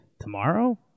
Tomorrow